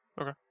Okay